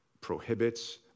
prohibits